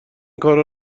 کار